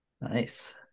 nice